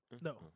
No